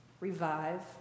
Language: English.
Revive